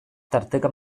tarteka